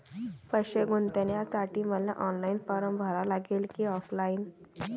पैसे गुंतन्यासाठी मले ऑनलाईन फारम भरा लागन की ऑफलाईन?